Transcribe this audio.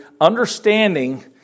understanding